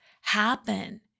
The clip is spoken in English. happen